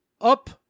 up